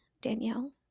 Danielle